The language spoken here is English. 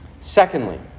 Secondly